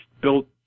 built